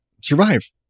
survive